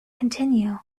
continue